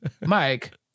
Mike